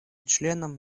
членам